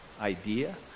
Idea